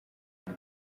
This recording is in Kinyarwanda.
iyo